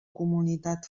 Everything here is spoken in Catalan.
comunitat